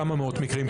כמה מאות מקרים?